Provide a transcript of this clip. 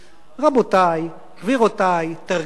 רבותי, גבירותי, תרגיעו.